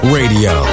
Radio